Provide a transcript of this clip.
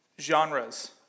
genres